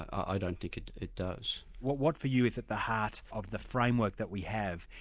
i don't think it it does. what what for you is at the heart of the framework that we have,